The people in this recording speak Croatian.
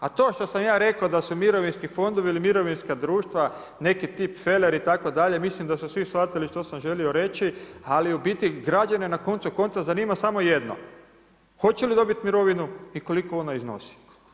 A to što sam ja rekao da su mirovinski fondovi ili mirovinska društva neki tip feleri, itd. mislim da smo svi shvatili što sam želo reći, ali u biti građani na koncu konca zanima samo jedno Hoće li dobit mirovinu i koliko ona iznosi.